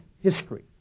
history